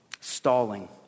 stalling